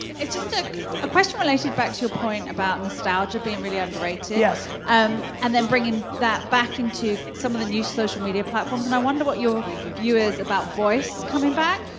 it's just a ah question related back to your point about nostalgia being really underrated. yes. um and then bringing that back into some of the new social media platforms and i wonder what your view is about voice coming back?